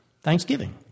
thanksgiving